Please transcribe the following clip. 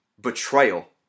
betrayal